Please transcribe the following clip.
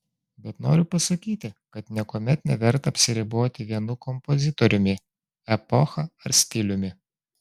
bet noriu pasakyti kad niekuomet neverta apsiriboti vienu kompozitoriumi epocha ar stiliumi